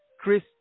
Chris